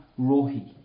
Rohi